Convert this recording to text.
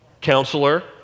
counselor